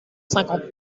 cinquante